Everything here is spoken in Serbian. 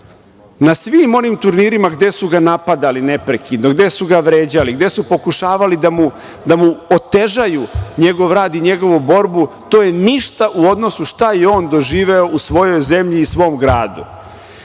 Na svim onim turnirima gde su ga napadali neprekidno, gde su ga vređali, gde su pokušavali da mu otežaju njegov rad i njegovu borbu, to je ništa u odnosu šta je on doživeo u svojoj zemlji i svom gradu.